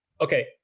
Okay